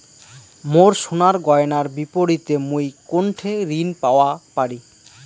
মোর সোনার গয়নার বিপরীতে মুই কোনঠে ঋণ পাওয়া পারি?